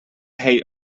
hate